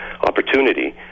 opportunity